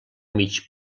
mig